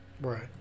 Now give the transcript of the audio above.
Right